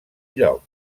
lloc